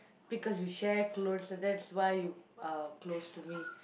because you share clothes that that's why you uh close to me